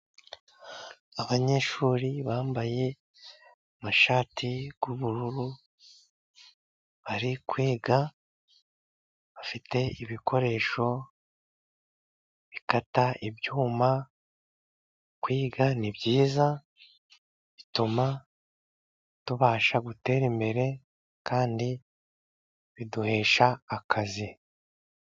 Abanyeshuri bambaye amashati y'ubururu，bari kwiga bafite ibikoresho bikata ibyuma， kwiga ni byiza bituma tubasha gutera imbere， kandi biduhesha akazi.